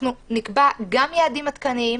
אנחנו נקבע גם יעדים עדכניים,